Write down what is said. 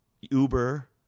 uber